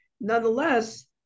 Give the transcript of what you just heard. nonetheless